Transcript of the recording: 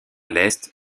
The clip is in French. l’est